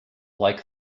like